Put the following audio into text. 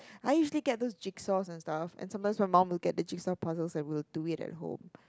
I usually get those jigsaws and stuff and sometimes my mum will get the jigsaw puzzles and we'll do it at home